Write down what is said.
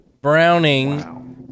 Browning